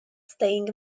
staying